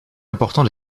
important